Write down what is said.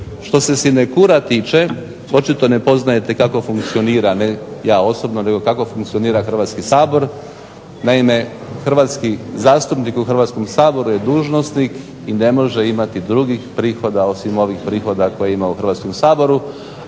Što se sinekura tiče očito ne poznajete kako funkcionira, ne ja osobno, nego kako funkcionira Hrvatski sabor. Naime, zastupnik u Hrvatskom saboru je dužnosnik i ne može imati drugih prihoda osim ovih prihoda koje ima u Hrvatskom saboru,